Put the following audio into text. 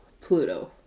Pluto